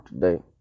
today